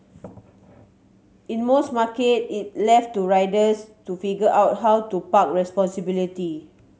in most markets it left to riders to figure out how to park responsibility